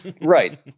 Right